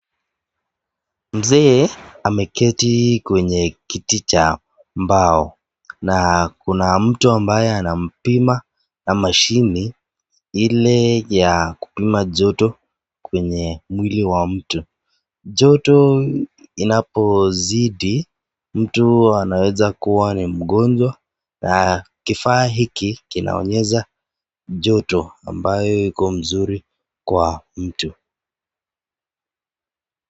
Mzee ameketi kwenye kiti cha mbao na kuna mtu ambaye anampima na mashini ili ya kupima joto kwenye mwili wa mtu. Joto inapozidi, mtu anaeza kua ni mgonjwa na kifaa hiki kinaonyesha joto ambayo iko mzuri kwa mtu.